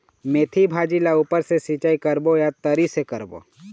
मेंथी भाजी ला ऊपर से सिचाई करबो या तरी से करबो?